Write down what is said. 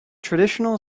traditional